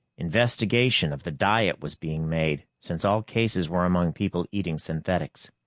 investigation of the diet was being made, since all cases were among people eating synthetics.